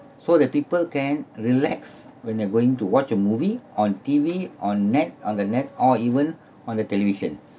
so that people can relax when they're going to watch a movie on T_V on net on the net or even on the television